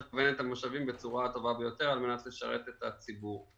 המשאבים בצורה הטובה ביותר על מנת לשרת את הציבור.